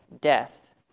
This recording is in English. death